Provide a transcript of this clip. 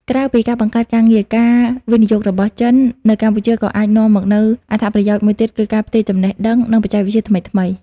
ក្រៅពីការបង្កើតការងារ ការវិនិយោគរបស់ចិននៅកម្ពុជាក៏អាចនាំមកនូវអត្ថប្រយោជន៍មួយទៀតគឺការផ្ទេរចំណេះដឹង និងបច្ចេកវិទ្យាថ្មីៗ។